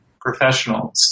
professionals